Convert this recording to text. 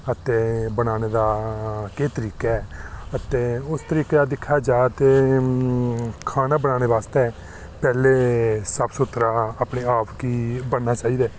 ते बनाने दा केह् तरीका ऐ ते उस तरीके दिक्खा जा ते खाना बनाने आस्तै पैह्ले साफ सुथरा कि बनै सेही ऐ